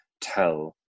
tell